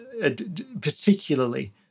particularly